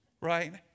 right